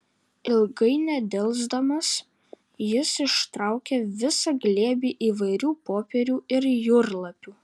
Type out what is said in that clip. ilgai nedelsdamas jis ištraukė visą glėbį įvairių popierių ir jūrlapių